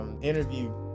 interview